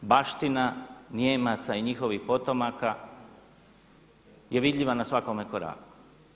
Baština Nijemaca i njihovih potomaka je vidljiva na svakome koraku.